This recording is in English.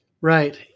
Right